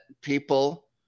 people